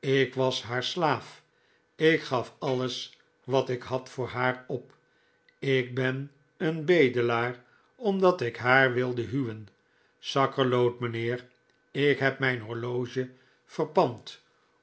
ik was haar slaaf ik gaf alles wat ik had voor haar op ik ben een bedelaar omdat ik haar wilde huwen sakkerloot mijnheer ik heb mijn horloge verpand